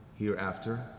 Hereafter